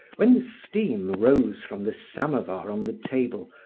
when the steam rose from the samovar on the table,